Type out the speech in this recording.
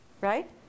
right